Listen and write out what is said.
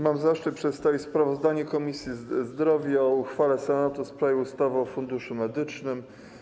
Mam zaszczyt przedstawić sprawozdanie Komisji Zdrowia o uchwale Senatu w sprawie ustawy o Funduszu Medycznym.